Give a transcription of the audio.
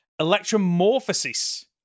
Electromorphosis